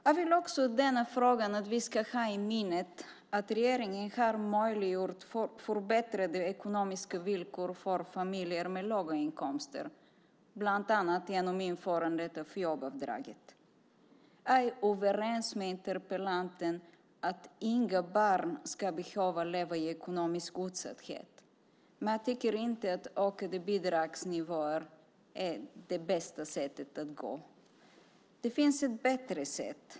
Jag vill också att vi i denna fråga ska ha i minnet att regeringen har möjliggjort förbättrade ekonomiska villkor för familjer med låga inkomster, bland annat genom införandet av jobbavdraget. Jag är överens med interpellanten om att inga barn ska behöva leva i ekonomisk utsatthet. Men jag tycker inte att ökade bidragsnivåer är det bästa sättet. Det finns ett bättre sätt.